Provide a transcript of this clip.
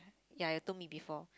ya you told me before